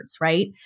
Right